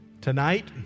Tonight